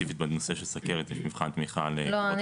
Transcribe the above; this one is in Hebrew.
וספציפית בנושא של סוכרת יש מבחן תמיכה לקופות החולים --- לא,